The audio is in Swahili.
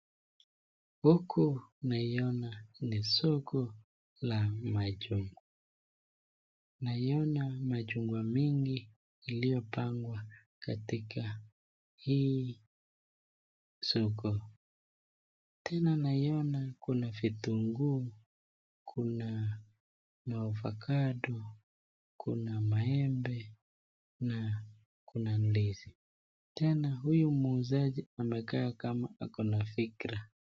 Huku naiona ni soko la machungwa naiona mchungwa mingi iliyopangwa katika hii soko tena naiona kuna vitunguu, kuna (cs)maovacado(cs),kuna maembe na kuna ndizi tena huyu muuzaji amekaa kama ako na fikra.